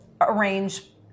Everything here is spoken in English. arrange